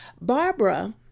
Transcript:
Barbara